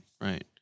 right